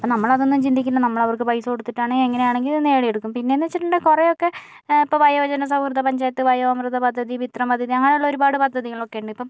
അപ്പോൾ നമ്മളതൊന്നും ചിന്തിക്കേണ്ട നമ്മൾ അവർക്ക് പൈസ കൊടുത്തിട്ടാണെങ്കിലും എങ്ങനെയാണെങ്കിലും അത് നേടിയെടുക്കും പിന്നേയെന്ന് വെച്ചിട്ടുണ്ടെങ്കിൽ കുറേയൊക്കെ ഇപ്പോൾ വയോജന സൗഹൃദ പഞ്ചായത്ത് വയോ അമൃത പദ്ധതി മിത്രം പദ്ധതി അങ്ങനെയുള്ള ഒരുപാട് പദ്ധതികളൊക്കെ ഉണ്ട് ഇപ്പോൾ